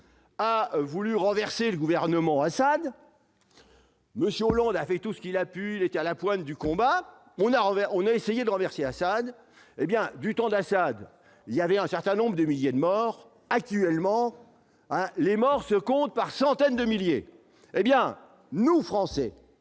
a voulu renverser le gouvernement Assad monsieur Hollande a fait tout ce qu'il a pu, il était à la pointe du combat, on a rouvert, on a essayé de renverser Assad hé bien du temps d'Assad, il y avait un certain nombre de milliers de morts actuellement, hein, les morts se comptent par centaines de milliers, hé bien nous, Français,